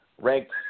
Ranked